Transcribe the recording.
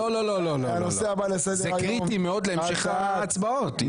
לא, לא, לא, זה קריטי מאוד להמשך ההצבעות.